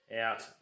out